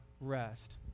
rest